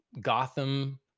Gotham